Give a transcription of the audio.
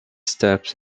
steps